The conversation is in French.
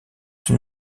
son